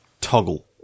Toggle